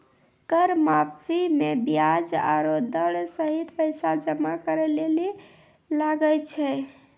कर माफी मे बियाज आरो दंड सहित पैसा जमा करे ले लागै छै